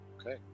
okay